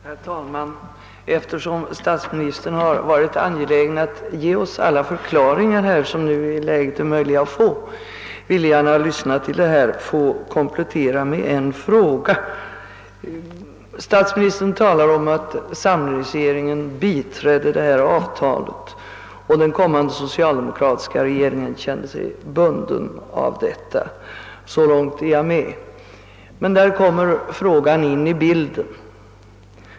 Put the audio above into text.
Herr talman! Eftersom statsministern har varit angelägen att ge oss alla förklaringar som i nuläget är möjliga att få, vill jag efter att lyssnat till debatten ställa en kompletterande fråga. Statsministern talar om att samlingsre geringen biträdde det här avtalet och att den kommande socialdemokratiska regeringen kände sig bunden av detta. Så långt är jag med. Men här kommer min fråga in i bilden.